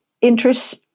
interests